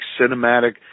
cinematic